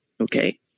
Okay